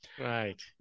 right